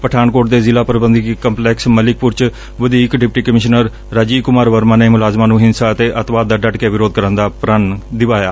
ਪਠਾਨਕੋਟ ਦੇ ਜ਼ਿਲੁਾ ਪ੍ਰਬੰਧਕੀ ਕੰਪਲੈਕਸ ਮਲਿਕਪੁਰ ਚ ਵਧੀਕ ਡਿਪਟੀ ਕਮਿਸ਼ਨਰ ਰਾਜੀਵ ਕੁਮਾਰ ਵਰਮਾ ਨੇ ਮੁਲਾਜ਼ਮਾਂ ਨੂੰ ਹਿੰਸਾ ਅਤੇ ਅਤਿਵਾਦ ਦਾ ਡੱਟ ਕੇ ਵਿਰੋਧ ਕਰਨ ਦਾ ਪ੍ਰਣ ਦਿਵਾਇਆ